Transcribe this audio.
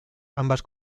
ambas